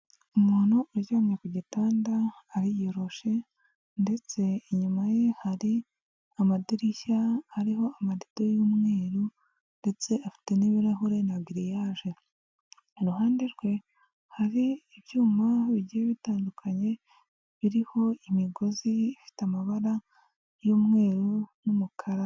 Umuntu uryamye ku gitanda, ariyoroshe, ndetse inyuma ye hari amadirishya ariho amadido y'umweru, ndetse afite n'ibirahure na giririyage. Iruhande rwe hari ibyuma bigiye bitandukanye, biriho imigozi ifite amabara y'umweru n'umukara.